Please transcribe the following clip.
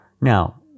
Now